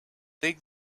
dig